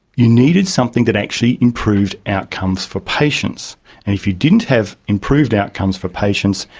you needed something that actually improved outcomes for patients. and if you didn't have improved outcomes for patients,